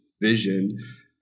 vision